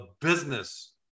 business